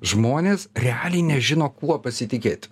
žmonės realiai nežino kuo pasitikėt